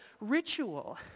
ritual